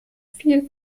viel